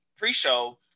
pre-show